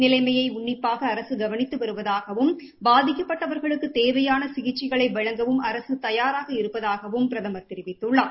நிலைமைய உள்ளிப்பாக அரசு கவளித்து வருவதாகவும் பாதிக்கப்பட்டவாகளுக்குத் தேவையான சிகிச்சைகளை வழங்கவும் அரசு தயாராக இருப்பதகாவும் பிரதமர் தெரிவித்துள்ளார்